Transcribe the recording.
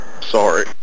Sorry